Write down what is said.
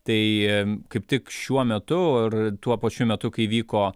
tai kaip tik šiuo metu ir tuo pačiu metu kai vyko